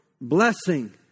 blessing